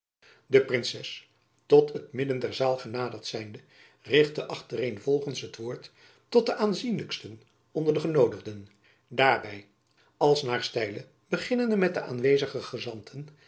de princes tot het midden der zaal genaderd zijnde richtte achtereenvolgends het woord tot de aanzienlijksten onder de genoodigden daarby als naar stijle beginnende met de aanwezige gezanten